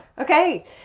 Okay